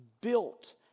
built